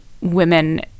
women